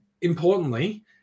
importantly